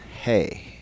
hey